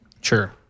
Sure